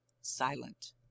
silent